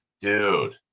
Dude